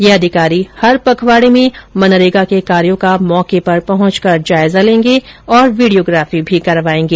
यह अधिकारी हर पखवाड़े में मनरेगा के कार्यो का मौके पर पहुंचकर जायजा लेगें और वीडियोग्राफी भी करवाएंगें